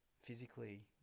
physically